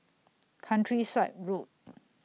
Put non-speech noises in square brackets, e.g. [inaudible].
[noise] Countryside Road